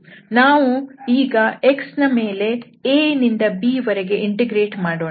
ಈಗ ನಾವು x ನ ಮೇಲೆ a ನಿಂದ b ವರೆಗೆ ಇಂಟಿಗ್ರೇಟ್ ಮಾಡೋಣ